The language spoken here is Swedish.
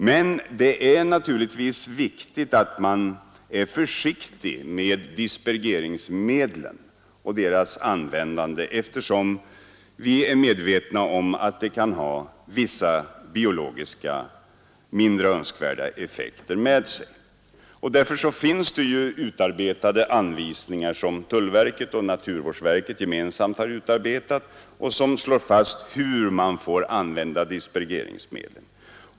Men det är naturligtvis viktigt att man är försiktig med dispergeringsmedlen och deras användande, eftersom vi är medvetna om att de kan ha vissa biologiska, mindre önskvärda effekter med sig. Därför finns det ju anvisningar som tullverket utarbetat efter samråd med naturvårdsverket och som slår fast hur man får använda dispergeringsmedel.